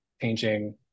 changing